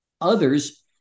others